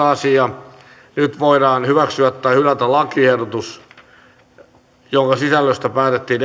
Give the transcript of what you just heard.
asia nyt voidaan hyväksyä tai hylätä lakiehdotus jonka sisällöstä päätettiin